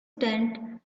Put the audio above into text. tent